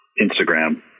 Instagram